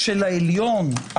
של העליון.